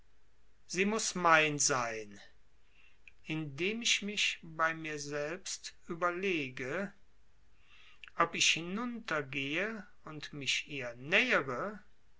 sie muß mein sein indem ich bei mir selbst überlege ob ich hinuntergehe und mich ihr nähere